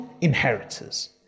inheritors